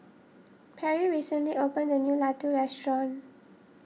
Perri recently open a new Laddu restaurant